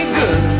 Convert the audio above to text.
good